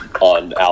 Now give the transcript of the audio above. on